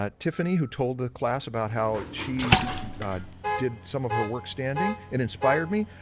ah tiffany, who told the class about how she did some of her work standing and inspired me.